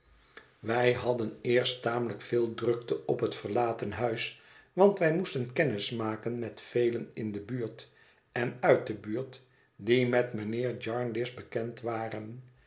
wij hadden eerst tamelijk veel drukte op het verlaten huis want wij moesten kennis maken niet velen in de buurt en uit de buurt die met mijnheer jarndyce bekend waren